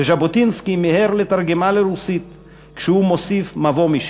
וז'בוטינסקי מיהר לתרגמה לרוסית כשהוא מוסיף מבוא משלו.